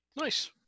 Nice